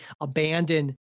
abandon